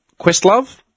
Questlove